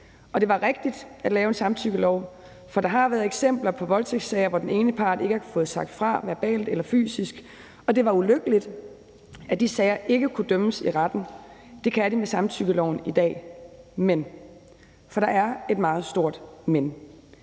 Det var rigtigt at lave en samtykkelov, for der har været eksempler på voldtægtssager, hvor den ene part ikke har fået sagt fra verbalt eller fysisk, og det var ulykkeligt, at de sager ikke kunne dømmes i retten. Det kan de med samtykkeloven i dag. Men – for der er et meget stort »men«